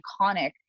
iconic